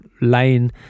lane